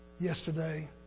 yesterday